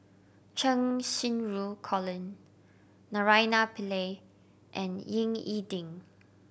Cheng Xinru Colin Naraina Pillai and Ying E Ding